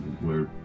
we're-